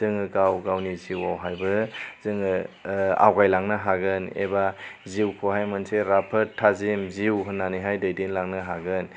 जोङो गावगावनि जिउवावहायबो जोङो ओह आवगायलांनो हागोन एबा जिउखौहाय मोनसे राफोद थाजिम जिउ होन्नानैहाय दैदेनलांनो हागोन